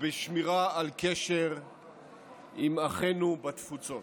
ובשמירה על קשר עם אחינו בתפוצות,